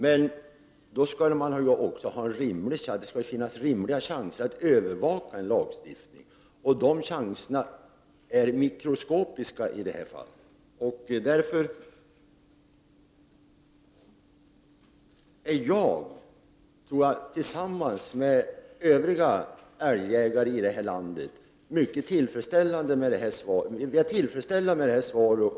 Men samtidigt skall lagstiftningen övervakas på ett rimligt sätt. Den möjligheten är mikroskopisk i det här fallet. Jag — och jag tror att jag också kan tala för övriga älgjägare i vårt land — är således mycket tillfredsställd med svaret.